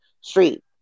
street